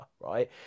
right